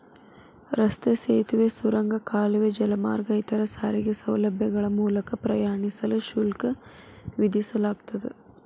ರಸ್ತೆ ಸೇತುವೆ ಸುರಂಗ ಕಾಲುವೆ ಜಲಮಾರ್ಗ ಇತರ ಸಾರಿಗೆ ಸೌಲಭ್ಯಗಳ ಮೂಲಕ ಪ್ರಯಾಣಿಸಲು ಶುಲ್ಕ ವಿಧಿಸಲಾಗ್ತದ